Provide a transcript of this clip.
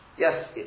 Yes